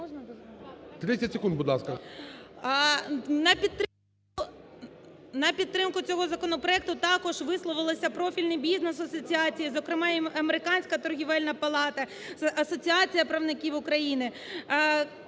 На підтримку цього законопроекту також висловилися профільні бізнес-асоціації, зокрема, і американська торгівельна палата, Асоціація правників України.